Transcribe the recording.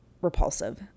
repulsive